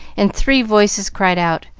and three voices cried out